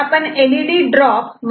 तेव्हा जर आपण एलईडी ड्रॉप 1